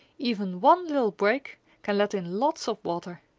even one little break can let in lots of water.